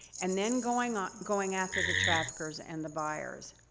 and then going ah going after the traffickers and the buyers.